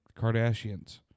Kardashians